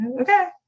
Okay